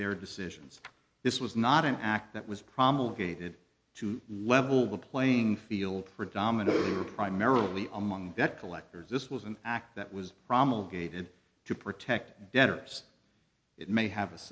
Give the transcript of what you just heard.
their decisions this was not an act that was promulgated to level the playing field for dominance or primarily among debt collectors this was an act that was promulgated to protect debtors it may have a